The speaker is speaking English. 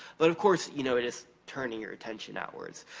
but of course, you know it is turning your attention outwards.